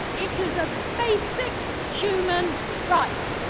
it is a basic human right.